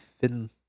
thin